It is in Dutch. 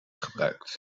gebruikt